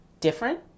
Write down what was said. different